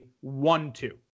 one-two